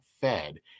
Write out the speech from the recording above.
fed